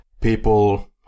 People